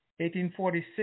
1846